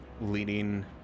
leading